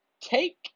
Take